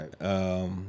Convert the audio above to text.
Right